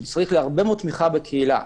שצריך הרבה מאוד תמיכה בקהילה,